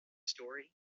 story